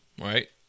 right